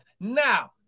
Now